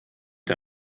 der